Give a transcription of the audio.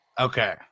Okay